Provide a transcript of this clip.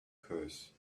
curse